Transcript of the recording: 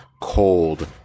cold